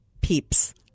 peeps